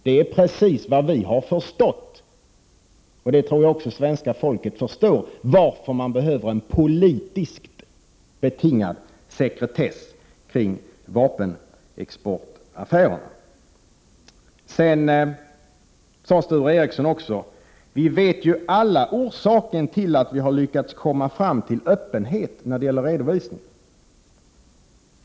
Det är precis vad vi har förstått, och jag tror också att svenska folket förstår varför man behöver en politiskt betingad sekretess kring vapenexportaffärerna. Sture Ericson sade också: Vi vet ju alla orsaken till att vi har lyckats komma fram till öppenhet när det gäller redovisningen.